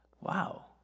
Wow